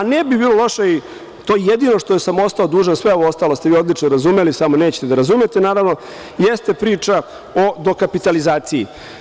Ne bi bilo loše, to je jedino što sam ostao dužan, sve ovo ostalo ste vi odlično razumeli, samo nećete da razumete naravno, jeste priča o dokapitalizaciji.